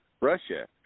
russia